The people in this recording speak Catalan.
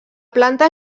planta